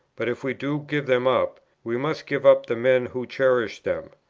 but if we do give them up, we must give up the men who cherish them.